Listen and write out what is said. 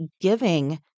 giving